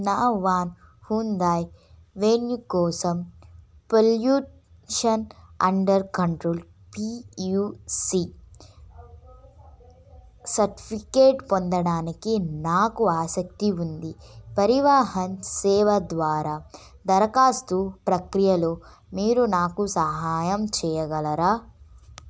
నా వాన్ Hyundai Venue కోసం pollution under control P U C certificate పొందడానికి నాకు ఆసక్తి ఉంది పరివాహన్ సేవ ద్వారా దరఖాస్తు ప్రక్రియలో మీరు నాకు సహాయం చేయగలరా